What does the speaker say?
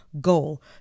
goal